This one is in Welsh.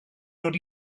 dod